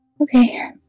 Okay